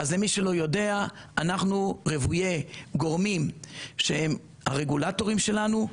אז למי שלא יודע אנחנו רווי גורמים שהם הרגולטורים שלנו,